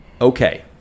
okay